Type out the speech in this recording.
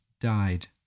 died